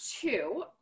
two